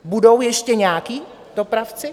Budou ještě nějací dopravci?